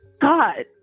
God